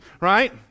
right